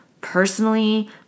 Personally